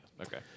Okay